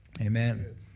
amen